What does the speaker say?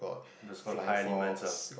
the school of high elements ah